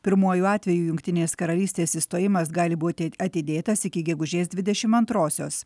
pirmuoju atveju jungtinės karalystės išstojimas gali būti atidėtas iki gegužės dvidešim antrosios